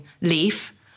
leaf